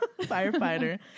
firefighter